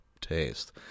taste